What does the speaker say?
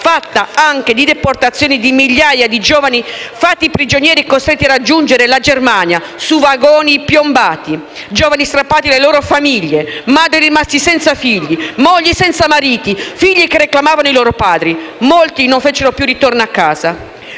fatta anche di deportazioni di migliaia di giovani fatti prigionieri e costretti a raggiungere la Germania su vagoni piombati, giovani strappati dalle loro famiglie, madri rimaste senza figli, mogli senza mariti, figli che reclamavano i loro padri. Molti non fecero più ritorno a casa.